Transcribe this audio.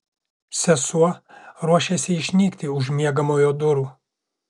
sesuo ruošėsi išnykti už miegamojo durų